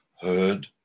heard